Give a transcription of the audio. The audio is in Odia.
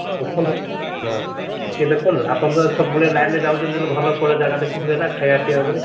ଦେଖନ୍ତୁ ହଁ ଟିକିଏ ଦେଖନ୍ତୁ ଆପଣ ତ ସବୁବେଳେ ଲାଇନ୍ରେ ଯାଉଛନ୍ତି ବୋଲେ ଭଲ କେଉଁଟା ଜାଗା ଦେଖୁଥିବେ ନା ଖାଇବା ପିଇବା ଉପରେ